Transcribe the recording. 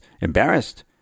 embarrassed